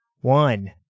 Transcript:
one